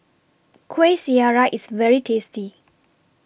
Kuih Syara IS very tasty